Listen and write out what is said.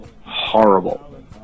horrible